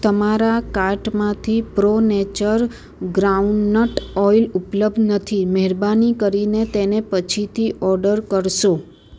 તમારા કાર્ટમાંથી pro nature groundnut oil ઉપલબ્ધ નથી મહેરબાની કરીને તેને પછીથી ઓર્ડર કરશો